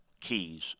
keys